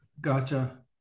gotcha